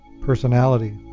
personality